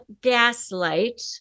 Gaslight